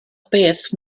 beth